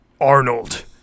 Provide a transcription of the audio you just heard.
Arnold